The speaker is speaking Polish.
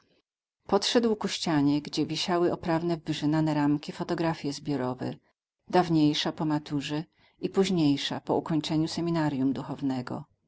podszedł ku ścianie gdzie wisiały oprawne w wyrzynane ramki fotografje zbiorowe dawniejsza po maturze i późniejsza po ukończeniu seminarium duchownego